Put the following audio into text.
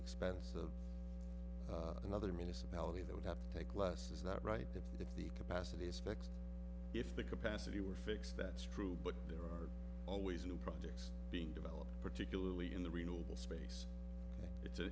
expense of another municipality that would have to take less is that right if if the capacity is fixed if the capacity were fixed that's true but there are always new projects being developed particularly in the renewable space it's a